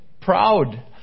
proud